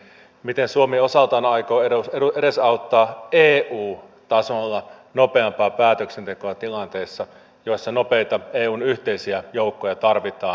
miten suomi osaltaan aikoo edesauttaa eu tasolla nopeampaa päätöksentekoa tilanteessa jossa nopeita eun yhteisiä joukkoja tarvitaan